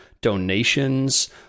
donations